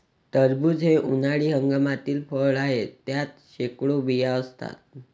टरबूज हे उन्हाळी हंगामातील फळ आहे, त्यात शेकडो बिया असतात